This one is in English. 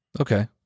Okay